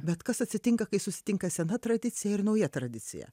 bet kas atsitinka kai susitinka sena tradicija ir nauja tradicija